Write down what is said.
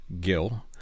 Gill